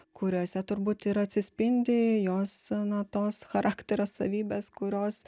kuriuose turbūt ir atsispindi jos na tos charakterio savybės kurios